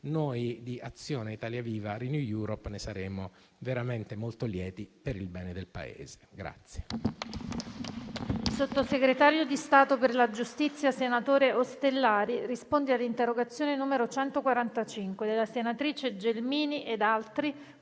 Gruppo Azione-Italia Viva-RenewEurope ne saremo veramente molto lieti, per il bene del Paese.